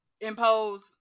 impose